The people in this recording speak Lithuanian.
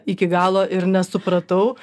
iki galo ir nesupratau